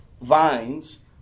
vines